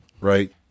right